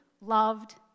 loved